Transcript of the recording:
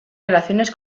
relaciones